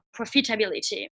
profitability